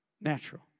natural